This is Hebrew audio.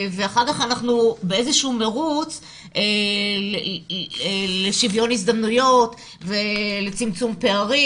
אחר כך אנחנו באיזשהו מרוץ לשוויון הזדמנויות ולצמצום פערים.